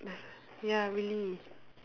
ya really